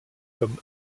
comme